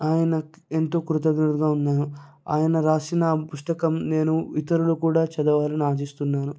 ఆయన ఎంతో కృతజ్ఞుడుగా ఉన్న ఆయన రాసిన పుస్తకం నేను ఇతరులు కూడా చదవాలని ఆశిస్తున్నాను